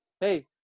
hey